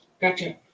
Gotcha